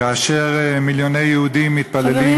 כאשר מיליוני יהודים מתפללים,